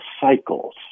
cycles